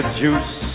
juice